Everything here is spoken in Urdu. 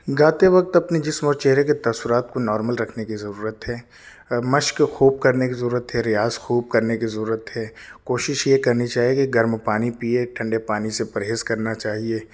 گاتے وقت اپنے جسم اور چہرے کے تاثرات کو نارمل رکھنے کی ضرورت ہے مشق خوب کرنے کی ضرورت ہے ریاض خوب کرنے کی ضرورت ہے کوشش یہ کرنی چاہیے کہ گرم پانی پیے ٹھنڈے پانی سے پرہیز کرنا چاہیے